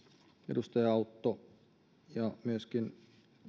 edustaja autolta ja myöskin